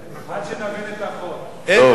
אין לנו ספק בזה.